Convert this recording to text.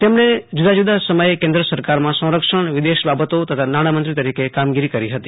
તેમણે જુદાં જુદાં સમયે કેન્દ્ર સરકારમાં સંરક્ષણ વિદેશ બાબતો તથા નાણામંત્રી તરીકે કામગીરી કરી હતી